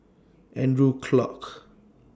Andrew Clarke